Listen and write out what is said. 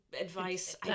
advice